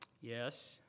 Yes